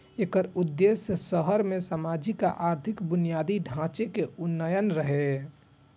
एकर उद्देश्य शहर मे सामाजिक आ आर्थिक बुनियादी ढांचे के उन्नयन रहै